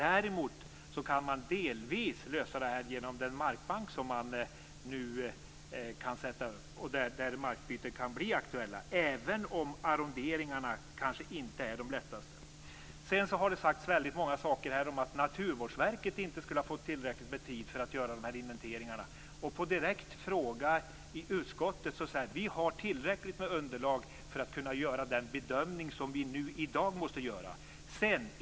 Däremot kan man delvis lösa detta genom den markbank som man nu kan sätta upp, och där markbyten kan bli aktuella, även om arronderingarna kanske inte är de lättaste. Det har här sagts mycket om att Naturvårdsverket inte skulle ha fått tillräckligt med tid för att göra inventeringarna.